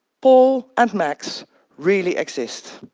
paul and max really exist.